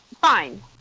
Fine